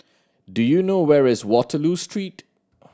do you know where is Waterloo Street